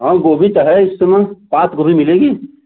हाँ गोभी तो है इस समय पात गोभी मिलेगी